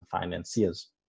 financiers